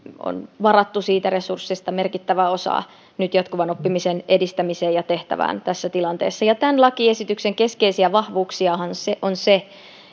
on varattu siitä resurssista merkittävä osa nyt jatkuvan oppimisen edistämiseen ja tehtävään tässä tilanteessa tämän lakiesityksen keskeisiä vahvuuksiahan on se